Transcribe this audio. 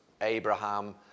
Abraham